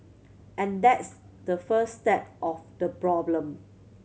and that's the first step of the problem